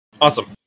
Awesome